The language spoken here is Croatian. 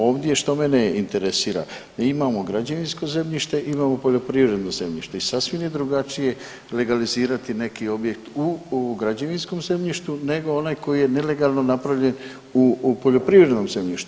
Ovdje što mene interesira, mi imamo građevinsko zemljište, imamo poljoprivredno zemljište i sasvim je drugačije legalizirati neki objekt tu u ovom građevinskom zemljištu nego onaj koji je nelegalno napravljen u poljoprivrednom zemljištu.